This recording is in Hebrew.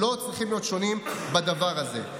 לא צריכים להיות שונים בדבר הזה.